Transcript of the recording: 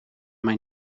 mijn